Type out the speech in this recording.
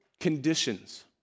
conditions